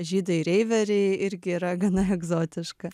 žydai reiveriai irgi yra gana egzotiška